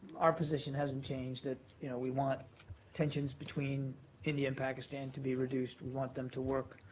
our position hasn't changed, that you know we want tensions between india and pakistan to be reduced. we want them to work